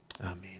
Amen